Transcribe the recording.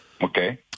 Okay